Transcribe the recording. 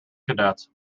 cadets